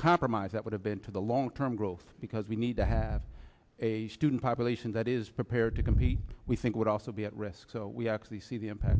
compromise that would have been to the long term growth because we need to have a student population that is prepared to compete we think would also be at risk so we actually see the impact